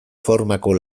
formako